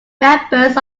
members